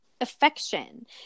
affection